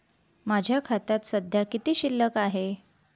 माझ्या खात्यात सध्या किती शिल्लक आहे?